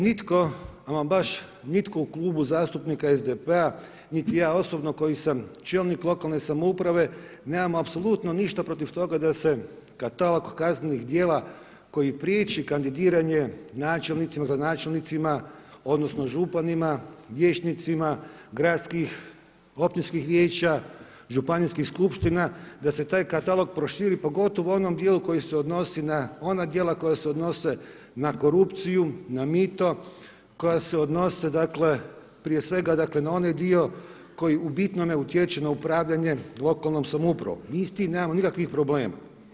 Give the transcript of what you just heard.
Nitko, ama baš nitko u Klubu zastupnika SDP-a niti ja osobno koji sam čelnik lokalne samouprave nemam apsolutno ništa protiv toga da se katalog kaznenih djela koji priječi kandidiranje načelnicima, gradonačelnicima odnosno županima, vijećnicima gradskih, općinskih vijeća, županijskih skupština da se taj katalog proširi pogotovo u onom dijelu koji se odnosi na ona djela koja se odnose na korupciju, na mito, koja se odnose prije svega na onaj dio koji u bitnome utječe na upravljanje lokalnom samoupravom, mi s tim nemamo nikakvih problema.